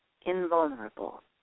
invulnerable